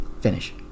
finish